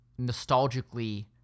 nostalgically